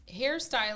hairstyling